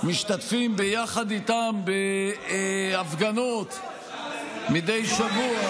משתתפים יחד איתם בהפגנות מדי שבוע,